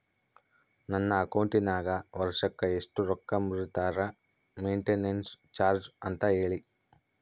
ನನ್ನ ಅಕೌಂಟಿನಾಗ ವರ್ಷಕ್ಕ ಎಷ್ಟು ರೊಕ್ಕ ಮುರಿತಾರ ಮೆಂಟೇನೆನ್ಸ್ ಚಾರ್ಜ್ ಅಂತ ಹೇಳಿ?